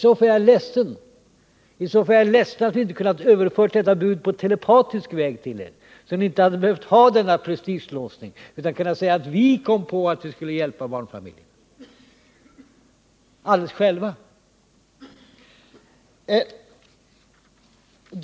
I så fall är jag ledsen över att vi inte har kunnat överföra detta bud på telepatisk väg till er, så att ni inte hade behövt ha denna prestigelåsning utan i stället hade kunnat säga att det var ni själva som kommit på att barnfamiljerna skulle hjälpas på detta sätt.